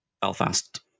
Belfast